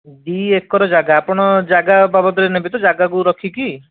ଦୁଇ ଏକର ଜାଗା ଆପଣ ଜାଗା ବାବଦରେ ନେବେ ତ ଜାଗାକୁ ରଖିକି